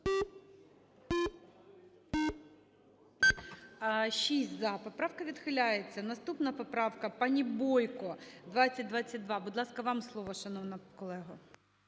За-6 Поправка відхиляється. Наступна поправка пані Бойко 2022. Будь ласка, вам слово, шановна колего.